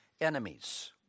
enemies